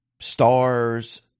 stars